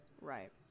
Right